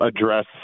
address